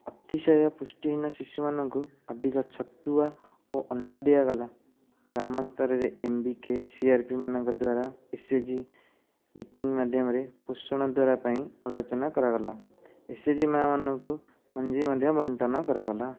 ଅତିଶୟ ପୁଷ୍ଟିହୀନ ଶିଶୁ ମାନଙ୍କୁ ଅଧିକ ଛତୁଆ ଓ ଅଣ୍ଡା ଦିଆଗଲା ଗ୍ରାମସ୍ତର ରେ ଏମଭିକେ ସିଆରପି ମାନଙ୍କ ଦ୍ୱାରା ଏସଏସଜି ମିଟିଙ୍ଗ ମାଧ୍ୟମରେ ପୋଷଣ ଦେବା ପାଇଁ ଆଲୋଚନା କରାଗଲା ଏସଏସଜି ମା' ମାନଙ୍କୁ ମଞ୍ଜି ମଧ୍ୟ ବଣ୍ଟନ କରାଗଲା